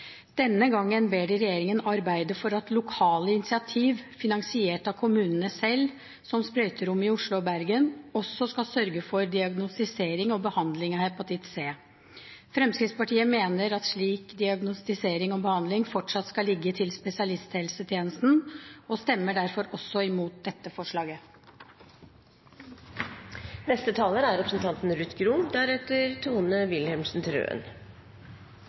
Denne gangen ber de regjeringen arbeide for at lokale initiativ finansiert av kommunene selv, som sprøyterom i Oslo og Bergen, også skal sørge for diagnostisering og behandling av hepatitt C. Fremskrittspartiet mener at slik diagnostisering og behandling fortsatt skal ligge til spesialisthelsetjenesten og stemmer derfor også imot dette forslaget. Tungt rusavhengige er